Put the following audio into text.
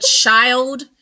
child